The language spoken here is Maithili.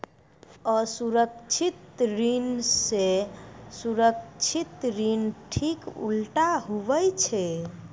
असुरक्षित ऋण से सुरक्षित ऋण ठीक उल्टा हुवै छै